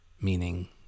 meaning